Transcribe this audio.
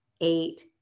eight